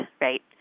right